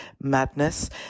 madness